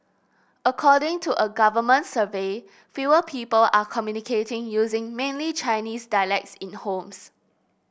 according to a government survey fewer people are communicating using mainly Chinese dialects in homes